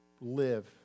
live